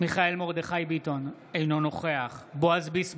מיכאל מרדכי ביטון, אינו נוכח בועז ביסמוט,